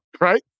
right